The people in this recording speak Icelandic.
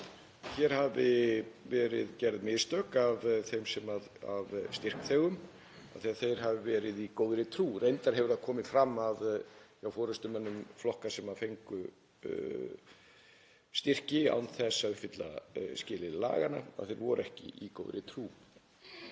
hér hafi verið gerð mistök hjá styrkþegum af því að þeir hafi verið í góðri trú. Reyndar hefur það komið fram hjá forystumönnum flokka sem fengu styrki án þess að uppfylla skilyrði laganna að þeir voru ekki í góðri trú.